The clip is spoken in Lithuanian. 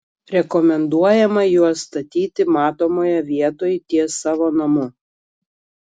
rekomenduojama juos statyti matomoje vietoj ties savo namu